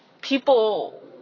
people